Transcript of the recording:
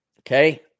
Okay